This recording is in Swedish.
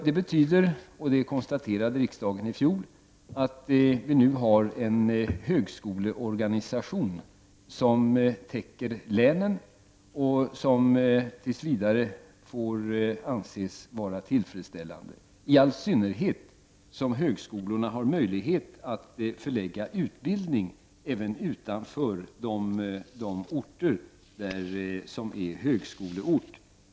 Det betyder — det konstaterade riksdagen i fjol — att vi nu har en högskoleorganisation som täcker länen och som tills vidare får anses vara tillfredsställande, i all synnerhet som högskolorna har möjlighet att förlägga utbildning även utanför de orter som är högskoleorter.